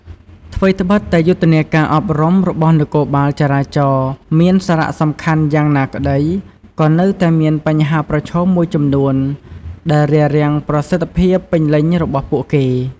ថ្វីដ្បិតតែយុទ្ធនាការអប់រំរបស់នគរបាលចរាចរណ៍មានសារៈសំខាន់យ៉ាងណាក្តី ក៏នៅតែមានបញ្ហាប្រឈមមួយចំនួនដែលរារាំងប្រសិទ្ធភាពពេញលេញរបស់ពួកគេ។